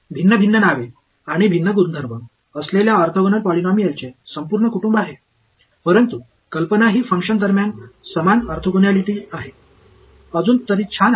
भिन्न भिन्न नावे आणि भिन्न गुणधर्म असलेल्या ऑर्थोगोनल पॉलिनॉमियलचे संपूर्ण कुटुंब आहे परंतु कल्पना ही फंक्शन दरम्यान समान ऑर्थोगोनॅलिटी आहे अजून तरी छान आहे